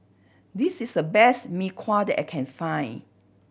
this is the best Mee Kuah that I can find